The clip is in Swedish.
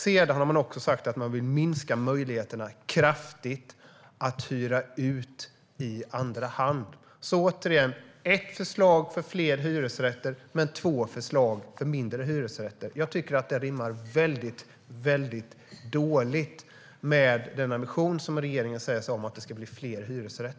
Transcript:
Sedan har man sagt att man vill minska möjligheterna kraftigt att hyra ut i andra hand. Det är ett förslag för fler hyresrätter och två förslag för färre hyresrätter. Det rimmar väldigt dåligt med den ambition som regeringen säger sig ha att det ska bli fler hyresrätter.